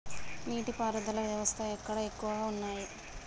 నీటి పారుదల వ్యవస్థలు ఎక్కడ ఎక్కువగా ఉన్నాయి?